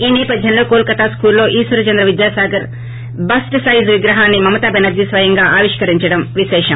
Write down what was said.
ఈ నేపథ్యంలో కోల్కతా స్ఫూలులో రిక్వర్ చెంద్ర విద్యాసాగర్ బెస్ట్ సైజ్ విగ్రహాన్ని మమతా బెనర్జీ స్వయంగా ఆవిష్కరించడం విశేషం